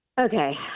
Okay